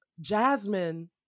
jasmine